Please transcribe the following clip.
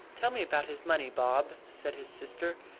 tell me about his money, bob, said his sister.